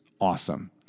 awesome